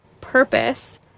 purpose